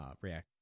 react